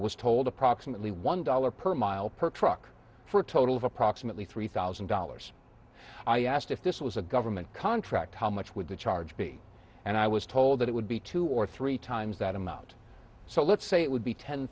was told approximately one dollar per mile per truck for a total of approximately three thousand dollars i asked if this was a government contract how much would the charge be and i was told that it would be two or three times that amount so let's say it would be ten